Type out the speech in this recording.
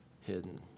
hidden